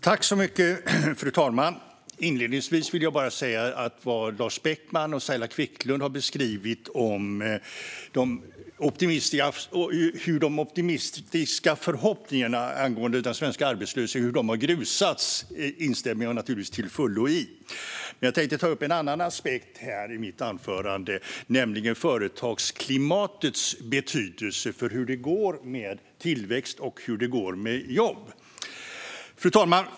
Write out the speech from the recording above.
Fru talman! Inledningsvis vill jag säga att jag naturligtvis till fullo instämmer i Lars Beckmans och Saila Quicklunds beskrivning av hur de optimistiska förhoppningarna angående den svenska arbetslösheten har grusats. Jag tänkte dock ta upp en annan aspekt i mitt anförande, nämligen företagsklimatets betydelse för hur det går med tillväxt och jobb. Fru talman!